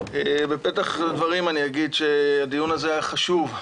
בפתח הדברים אני אגיד שהדיון הזה היה חשוב,